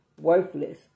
worthless